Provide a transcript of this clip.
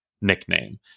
nickname